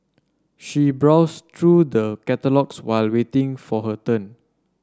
she browsed through the catalogues while waiting for her turn